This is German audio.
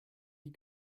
die